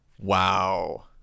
Wow